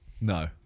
No